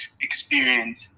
experience